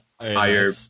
Higher